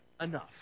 enough